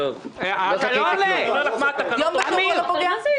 אני אומר לך מה התקנות קובעות.